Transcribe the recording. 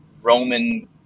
Roman